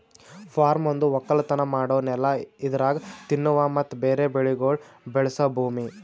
form ಒಂದು ಒಕ್ಕಲತನ ಮಾಡೋ ನೆಲ ಇದರಾಗ್ ತಿನ್ನುವ ಮತ್ತ ಬೇರೆ ಬೆಳಿಗೊಳ್ ಬೆಳಸ ಭೂಮಿ